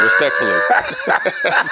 Respectfully